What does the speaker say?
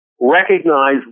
recognize